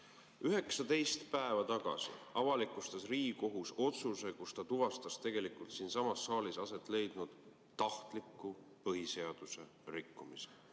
19 päeva tagasi avalikustas Riigikohus otsuse, millega ta tuvastas siinsamas saalis aset leidnud tahtliku põhiseaduse rikkumise.